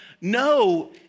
no